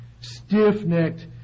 stiff-necked